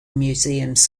museums